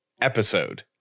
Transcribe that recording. episode